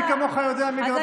מי כמוך יודע מי גר ברעננה.